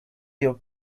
your